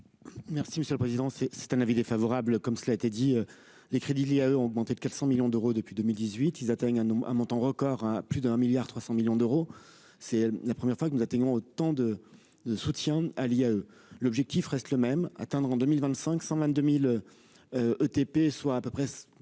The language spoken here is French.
Merci monsieur le président, c'est c'est un avis défavorable, comme cela a été dit, les crédits liés à eux, ont augmenté de 400 millions d'euros depuis 2018, ils atteignent à nouveau un montant record à plus d'un milliard 300 millions d'euros, c'est la première fois que nous atteignons autant de de soutien à l'IAE, l'objectif reste le même : atteindre en 2025, 122000 ETP, soit à peu près